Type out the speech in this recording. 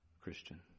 Christian